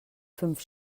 fünf